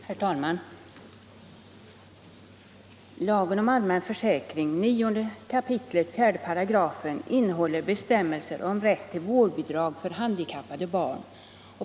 Herr talman! Lagen om allmän försäkring 9 kap. 4§ innehåller bestämmelser om rätt till vårdbidrag för handikappade barn.